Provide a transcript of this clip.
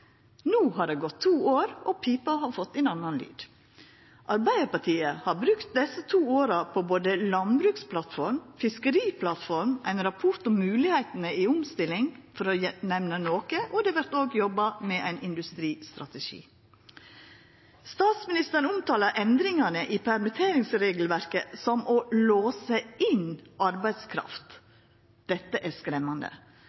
No har det gått to år, og pipa har fått ein annan lyd. Arbeidarpartiet har brukt desse to åra på både ei landbruksplattform, ei fiskeriplattform og ein rapport om moglegheitene i omstilling – for å nemna noko – og det vert òg jobba med ein industristrategi. Statsministeren omtalar endringane i permitteringsregelverket som å